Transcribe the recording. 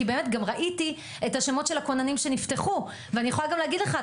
כי באמת גם ראיתי את השמות של הכוננים שנפתחו ואני גם יכולה להגיד לך,